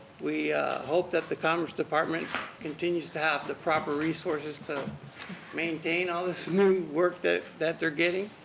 we hope that the commerce department continues to have the proper resources to maintain all this new work that that their getting.